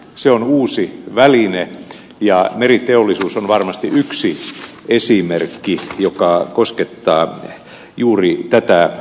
se on uusi väline ja meriteollisuus on varmasti yksi esimerkki joka koskettaa juuri tätä aluetta